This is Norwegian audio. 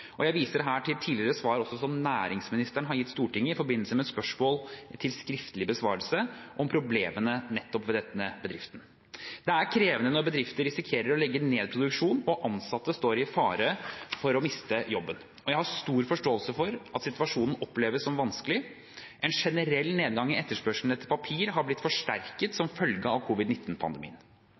Jeg viser her til tidligere svar som næringsministeren har gitt Stortinget i forbindelse med spørsmål til skriftlig besvarelse om problemene ved nettopp denne bedriften. Det er krevende når bedrifter risikerer å legge ned produksjonen, og ansatte står i fare for å miste jobben. Jeg har stor forståelse for at situasjonen oppleves som vanskelig. En generell nedgang i etterspørselen etter papir har blitt forsterket som følge av